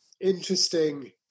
interesting